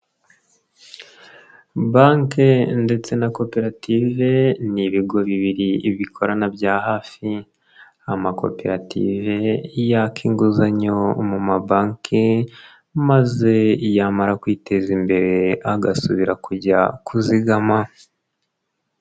Banke ndetse na koperative ni ibigo bibiri bikorana bya hafi, amakoperative yaka inguzanyo mu mabanki maze yamara kwiteza imbere, agasubira kujya kuzigama.